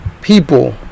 people